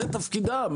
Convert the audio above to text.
זה תפקידם.